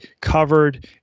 covered